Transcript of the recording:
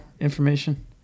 information